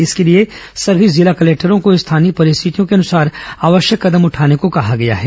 इसके लिए सभी जिला कलेक्टरो को स्थानीय परिस्थितियों के अनुसार आवश्यक कदम उठाने को कहा गया है